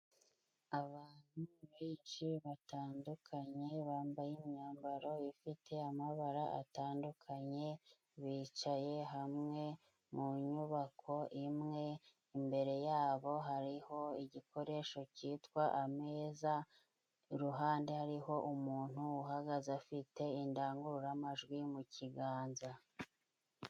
Abantu benshi batandukanye bambaye imyambaro ifite amabara atandukanye, bicaye hamwe mu nyubako imwe, imbere yabo hariho igikoresho cyitwa ameza, iruhande hariho umuntu uhagaze afite indangururamajwi mu kiganza.